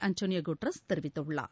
Antonio Guterres தெரிவித்துள்ளார்